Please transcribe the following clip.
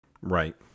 right